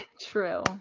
True